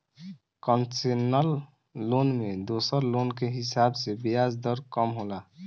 concessional loan में दोसर loan के हिसाब से ब्याज दर कम होला